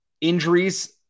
Injuries